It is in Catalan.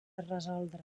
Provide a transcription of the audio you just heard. resoldre